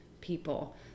people